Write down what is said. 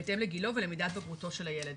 בהתאם לגילו ולמידת בגרותו של הילד.